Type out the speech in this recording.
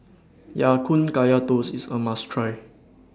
Ya Kun Kaya Toast IS A must Try